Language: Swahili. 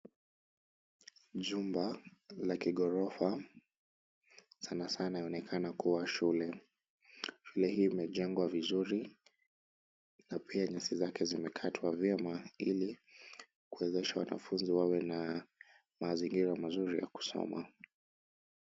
Jumba la kigorofa, sanasana linaonekana kuwa shule .Shule hii imejengwa vizuri na pia nyasi zake zimekatwa vyema ili kuwezesha wanafunzi wawe na mazingira mazuri ya kusoma.